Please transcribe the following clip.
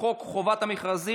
תועבר לוועדה לביטחון הפנים.